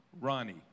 Ronnie